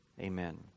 Amen